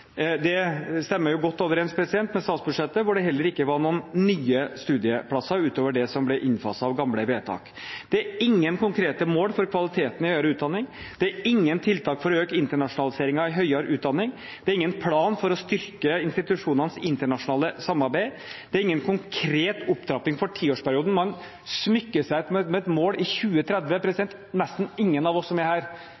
Det stemmer jo godt overens med statsbudsjettet, hvor det heller ikke var noen nye studieplasser utover det som var innfaset av gamle vedtak. Det er ingen konkrete mål for kvaliteten i høyere utdanning, det er ingen tiltak for å øke internasjonaliseringen i høyere utdanning, det er ingen plan for å styrke institusjonenes internasjonale samarbeid, og det er ingen konkret opptrapping for tiårsperioden. Man smykker seg med et mål i 2030, nesten ingen av oss som er her,